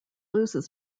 loses